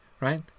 right